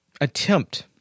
attempt